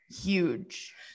Huge